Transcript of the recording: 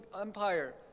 Empire